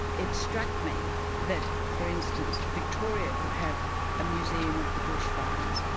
it struck me that for instance, victoria could have a museum of the bushfires,